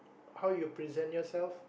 how you present yourself